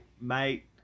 mate